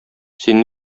син